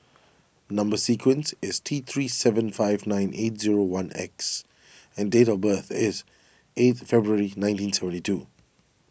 Number Sequence is T three seven five nine eight zero one X and date of birth is eighth February nineteen seventy two